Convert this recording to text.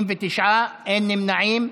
89, אין נמנעים.